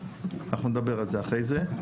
אנחנו נדבר על זה אחרי כן.